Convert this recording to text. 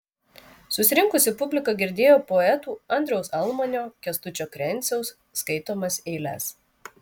susirinkusi publika girdėjo poetų andriaus almanio kęstučio krenciaus skaitomas eiles